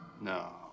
No